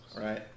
Right